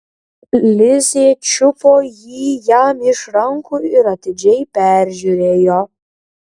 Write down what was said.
lizė čiupo jį jam iš rankų ir atidžiai peržiūrėjo